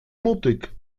mutig